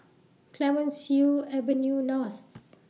Clemenceau Avenue North